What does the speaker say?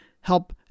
help